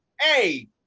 hey